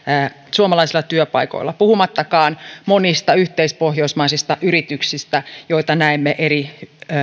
suomalaisilla työpaikoilla puhumattakaan monista yhteispohjoismaisista yrityksistä joita näemme eri